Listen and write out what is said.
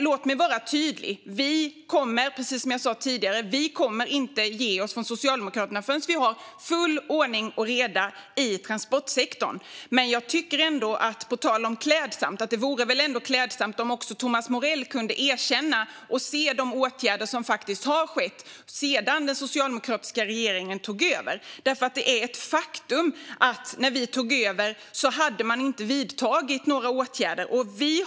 Låt mig vara tydlig: Precis som jag sa tidigare kommer vi från Socialdemokraterna inte att ge oss förrän vi har full ordning och reda i transportsektorn. På tal om klädsamhet tycker jag att det vore klädsamt om Thomas Morell kunde erkänna och se de åtgärder som faktiskt har vidtagits sedan den socialdemokratiska regeringen tog över. Det är ett faktum att man inte hade vidtagit några åtgärder när vi tog över.